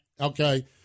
Okay